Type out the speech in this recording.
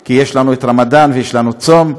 כי יש לנו רמדאן ויש לנו צום,